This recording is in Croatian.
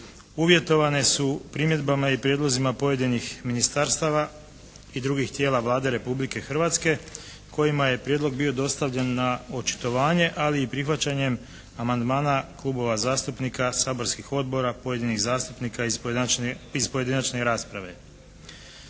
uvjetovane su primjedbama i prijedlozima pojedinih ministarstava i drugih tijela Vlade Republike Hrvatske kojima je prijedlog bio dostavljen na očitovanje, ali i prihvaćanjem amandmana klubova zastupnika, saborskih odbora, pojedinih zastupnika iz pojedinačne rasprave.